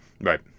Right